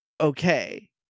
Okay